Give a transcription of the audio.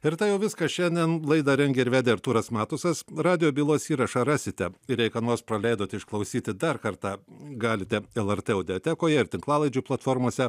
ir tai jau viskas šiandien laidą rengė ir vedė artūras matusas radijo bylos įrašą rasite i jei ką nors praleidote išklausyti dar kartą galite el er tė audiotekoje ir tinklalaidžių platformose